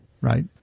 Right